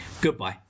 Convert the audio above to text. Goodbye